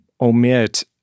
omit